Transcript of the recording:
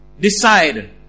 decide